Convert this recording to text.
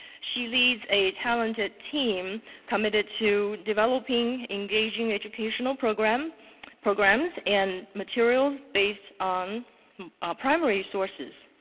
she leads a talented team committed to developing engaging educational programs programs and materials based on primary sources.